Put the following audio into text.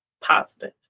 Positive